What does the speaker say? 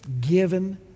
given